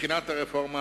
מבחינת הרפורמה,